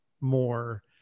more